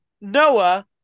Noah